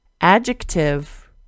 Adjective